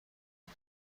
بود